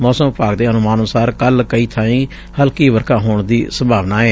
ਮੌਸਮ ਵਿਭਾਗ ਦੇ ਅਨੁਮਾਨ ਅਨੁਸਾਰ ਕਲ ਕਈ ਥਾਈਂ ਹਲਕੀ ਵਰਖਾ ਹੋਣ ਦੀ ਸੰਭਾਵਨਾ ਏ